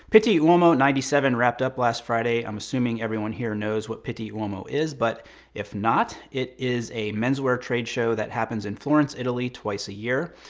pitti uomo ninety seven wrapped up last friday. i'm assuming everyone here knows what pitti uomo is, but if not, it is a menswear trade show that happens in florence, italy twice a year.